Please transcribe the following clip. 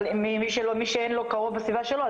אבל מי שאין לו בית מרקחת בסביבה שלו,